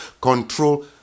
control